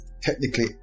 technically